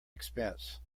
expense